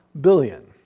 billion